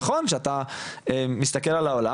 נכון שכשאתה מסתכל על העולם,